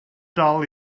dal